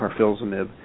carfilzomib